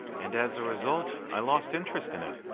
and as a result, i lost interest in it.